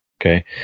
Okay